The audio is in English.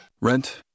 Rent